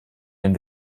den